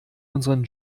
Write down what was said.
unseren